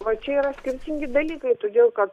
o čia yra skirtingi dalykai todėl kad